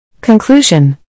Conclusion